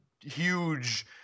huge